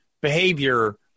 behavior